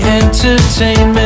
entertainment